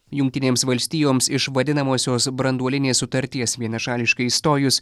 jungtinėms valstijoms iš vadinamosios branduolinės sutarties vienašališkai įstojus